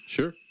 Sure